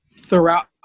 throughout